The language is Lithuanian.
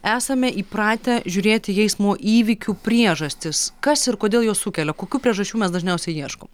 esame įpratę žiūrėti į eismo įvykių priežastis kas ir kodėl juos sukelia kokių priežasčių mes dažniausiai ieškom